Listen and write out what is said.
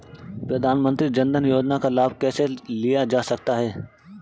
प्रधानमंत्री जनधन योजना का लाभ कैसे लिया जा सकता है?